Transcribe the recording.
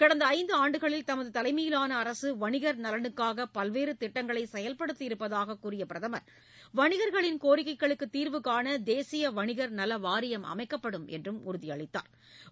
கடந்த ஐந்தாண்டுகளில் தமது தலைமையிலான அரசு வணிகர் நலனுக்காக பல்வேறு திட்டங்களை செயல்படுத்தியிருப்பதாக கூறிய பிரதமர் வணிகர்களின் கோரிக்கைகளுக்கு தீர்வுகாண தேசிய வணிகர் நல வாரியம் அமைக்கப்படும் என்றும் உறுதியளித்தாா்